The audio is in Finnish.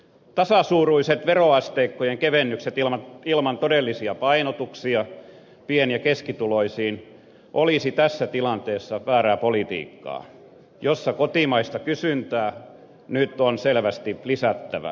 tasasuuruiset veroasteikkojen kevennykset ilman todellisia painotuksia pieni ja keskituloisiin olisivat tässä tilanteessa väärää politiikkaa kun kotimaista kysyntää nyt on selvästi lisättävä